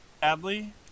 Sadly